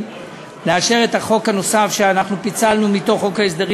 ולאשר את החוק הנוסף שאנחנו פיצלנו מתוך חוק ההסדרים